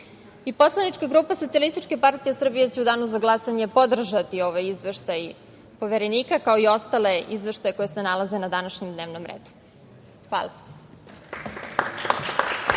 građana. Poslanička grupa Socijalistička partija Srbije će u danu za glasanje podržati ovaj izveštaj Poverenika, kao i ostale izveštaje koji se nalaze na današnjem dnevnom redu. Hvala.